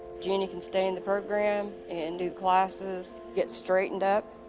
jeanie can stay in the program and do classes, get straightened up,